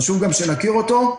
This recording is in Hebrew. חשוב שנכיר אותו,